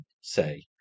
say